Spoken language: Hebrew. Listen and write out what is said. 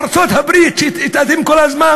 ארצות-הברית, שאתם כל הזמן